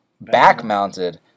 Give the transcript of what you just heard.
back-mounted